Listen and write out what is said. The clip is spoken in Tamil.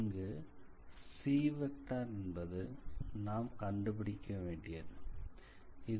இங்குcஎன்பது நாம் கண்டுபிடிக்க வேண்டியதாகும்